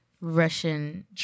Russian